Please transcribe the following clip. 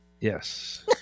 Yes